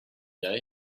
day